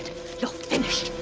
you're finished!